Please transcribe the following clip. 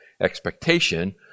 expectation